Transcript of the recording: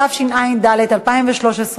התשע"ד 2013,